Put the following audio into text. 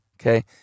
Okay